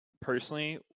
personally